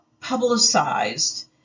publicized